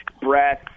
breath